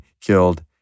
killed